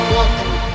Welcome